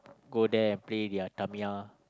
go there and play their Tamiya